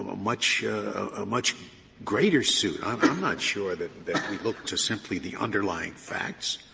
much a much greater suit. i'm not sure that we look to simply the underlying facts.